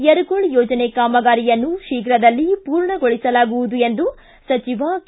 ಯರಗೋಳ್ ಯೋಜನೆ ಕಾಮಗಾರಿಯನ್ನು ಶೀಘದಲ್ಲಿ ಪೂರ್ಣಗೊಳಿಸಲಾಗುವುದು ಎಂದು ಸಚಿವ ಕೆ